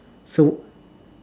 so